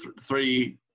three